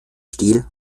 stil